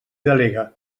delegue